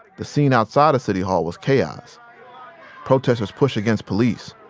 the scene outside of city hall was chaos protesters pushed against police,